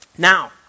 Now